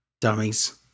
dummies